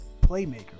playmaker